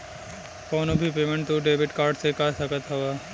कवनो भी पेमेंट तू डेबिट कार्ड से कअ सकत हवअ